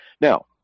Now